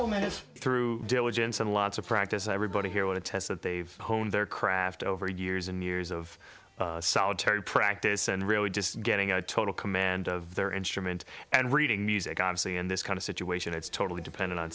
minutes through diligence and lots of practice everybody here would attest that they've honed their craft over years and years of solitary practice and really just getting a total command of their instrument and reading music honestly in this kind of situation it's totally dependent on